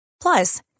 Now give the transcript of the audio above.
Plus